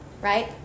right